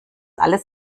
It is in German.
alles